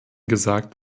gesagt